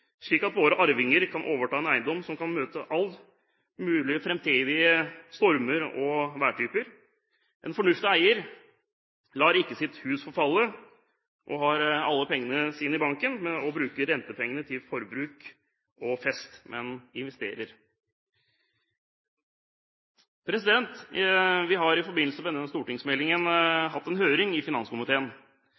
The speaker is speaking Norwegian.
slik at våre arvinger kan overta en eiendom som kan møte alle mulige framtidige stormer og værtyper. En fornuftig eier lar ikke sitt hus forfalle, har alle pengene sine i banken og bruker rentepengene til forbruk og fest – men investerer. Vi har i forbindelse med denne stortingsmeldingen hatt en høring i finanskomiteen.